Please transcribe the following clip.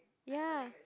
ya